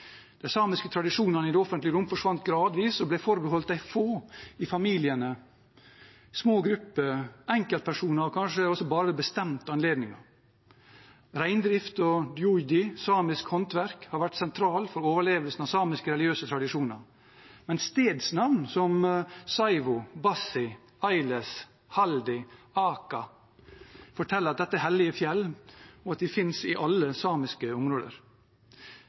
De samiske tradisjonene i det offentlige rom forsvant gradvis og ble forbeholdt de få i familien, små grupper, enkeltpersoner og kanskje også bare bestemte anledninger. Reindrift og duodji, samisk håndverk, har vært sentralt for overlevelsen av samiske religiøse tradisjoner. Stedsnavn som Sáivu, Bassi, Áiles, Háldi og Áahka forteller at dette er hellige fjell, og at de finnes i alle samiske områder.